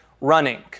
running